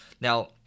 Now